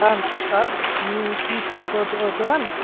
হ্যাঁ নমস্কার আপনি কি ফটো তোলেন